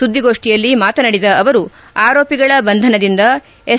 ಸುದ್ದಿಗೋಷ್ಠಿಯಲ್ಲಿ ಮಾತನಾಡಿದ ಅವರ ಆರೋಪಿಗಳ ಬಂಧನದಿಂದ ಎಸ್